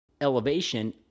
elevation